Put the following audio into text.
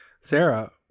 sarah